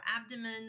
abdomen